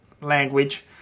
language